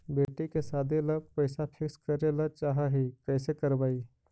बेटि के सादी ल पैसा फिक्स करे ल चाह ही कैसे करबइ?